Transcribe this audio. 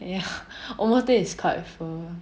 ya one more omote is quite full